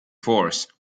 force